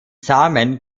samen